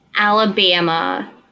Alabama